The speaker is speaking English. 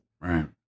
Right